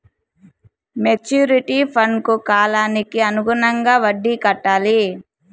maturity ఫండ్కు కాలానికి అనుగుణంగా వడ్డీ కట్టాలి